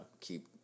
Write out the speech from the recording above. keep